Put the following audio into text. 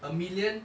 a million